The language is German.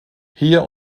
hier